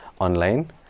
online